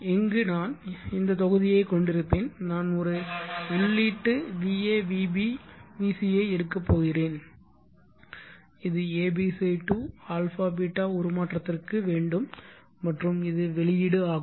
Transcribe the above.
இங்கு நான் இந்த தொகுதியை கொண்டிருப்பேன் நான் ஒரு உள்ளீட்டு va vb vc ஐ எடுக்கப் போகிறேன் இது abc to αß உருமாற்றத்திற்கு வேண்டும் மற்றும் இது வெளியீடு ஆகும்